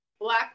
Black